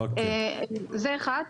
זה אחת.